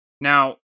now